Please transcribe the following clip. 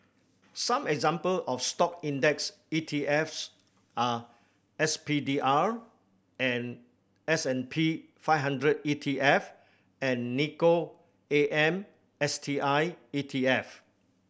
some example of Stock index E T Fs are S P D R and S and P five hundred E T F and N I K K O A M S T I E T F